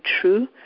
true